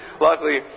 luckily